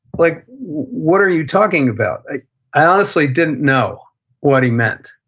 like what are you talking about? i honestly didn't know what he meant.